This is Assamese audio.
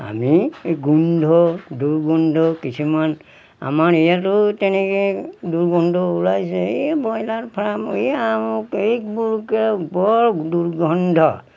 আমি এই গোন্ধ দুৰ্গন্ধ কিছুমান আমাৰ ইয়াতো তেনেকে দুৰ্গন্ধ ওলাইছে এই ব্ৰইলাৰ ফাৰ্ম এই বৰ দুৰ্গন্ধ